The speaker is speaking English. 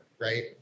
Right